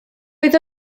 oedd